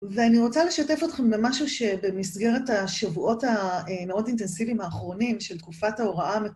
ואני רוצה לשתף אתכם במשהו שבמסגרת השבועות המאוד אינטנסיביים האחרונים של תקופת ההוראה המקומית,